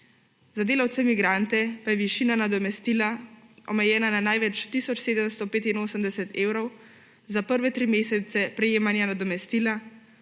Za delavce migrante pa je višina nadomestila omejena na največ tisoč 785 evrov za prve tri mesece prejemanja nadomestila